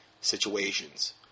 situations